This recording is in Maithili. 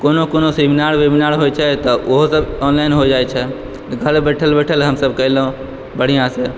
कोनो कोनो सेमिनार वेमिनार होइ छै तऽ ओहोसभ ऑनलाइन हो जाइत छै घर बैठल बैठल हमसभ केलहुँ बढ़िआँसँ